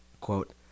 Quote